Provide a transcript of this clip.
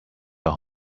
will